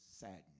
sadness